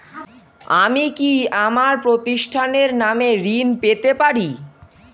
আমি কি আমার প্রতিষ্ঠানের নামে ঋণ পেতে পারি?